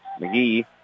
McGee